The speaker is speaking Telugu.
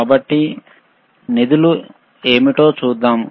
కాబట్టి విధులు ఏమిటో చూద్దాం